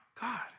God